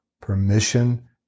permission